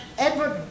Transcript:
Edward